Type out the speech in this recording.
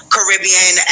Caribbean